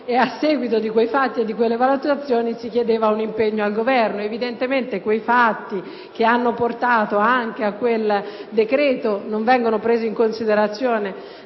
a seguito di quei fatti e di quelle valutazioni si era chiesto un impegno al Governo. Evidentemente i fatti che hanno portato a quel decreto non vengono presi in considerazione